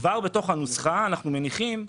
כבר בתוך הנוסחה אנחנו מניחים,